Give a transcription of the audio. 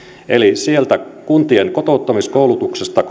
eli kuntien kotouttamiskoulutuksesta